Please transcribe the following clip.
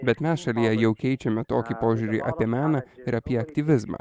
bet mes šalyje jau keičiame tokį požiūrį apie meną ir apie aktyvizmą